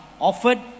offered